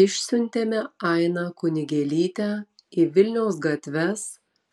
išsiuntėme ainą kunigėlytę į vilniaus gatves